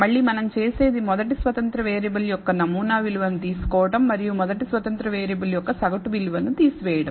మళ్ళీ మనం చేసేది మొదటి స్వతంత్ర వేరియబుల్ యొక్క నమూనా విలువను తీసుకోవడం మరియు మొదటి స్వతంత్ర వేరియబుల్ యొక్క సగటు విలువను తీసివేయడం